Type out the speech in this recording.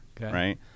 right